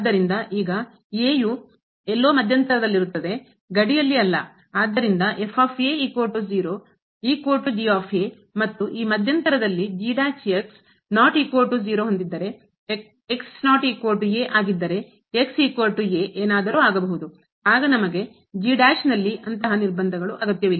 ಆದ್ದರಿಂದ ಈಗ ಎಲ್ಲೋ ಮಧ್ಯಂತರದಲ್ಲಿರುತ್ತದೆ ಗಡಿಯಲ್ಲಿ ಅಲ್ಲ ಆದ್ದರಿಂದ ಮತ್ತು ಈ ಮಧ್ಯಂತರದಲ್ಲಿ ಹೊಂದಿದ್ದರೆ ಏನಾದರೂ ಆಗಬಹುದು ಆಗ ನಮಗೆ ಅಂತಹ ನಿರ್ಬಂಧಗಳು ಅಗತ್ಯವಿಲ್ಲ